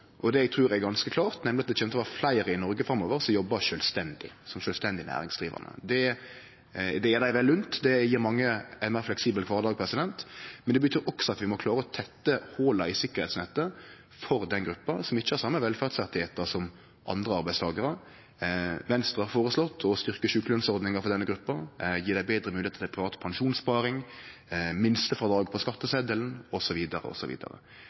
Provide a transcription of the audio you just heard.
og det eg trur er ganske klart, nemleg at det kjem til å vere fleire i Noreg framover som jobbar sjølvstendig – som sjølvstendig næringsdrivande. Det er dei vel unnt, det gjev mange ein meir fleksibel kvardag, men det betyr også at vi må klare å tette hola i sikkerheitsnettet for den gruppa, som ikkje har dei same velferdsrettane som andre arbeidstakarar. Venstre har føreslått å styrkje sjukelønsordninga for denne gruppa, gje dei betre moglegheiter til privat pensjonssparing, minstefrådrag på